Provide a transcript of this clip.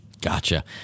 Gotcha